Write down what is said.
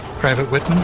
private with